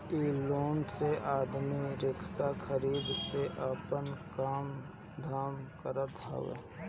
इ लोन से आदमी रिक्शा खरीद के आपन काम धाम करत हवे